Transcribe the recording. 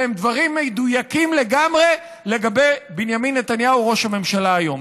והם דברים מדויקים לגמרי לגבי בנימין נתניהו ראש הממשלה היום.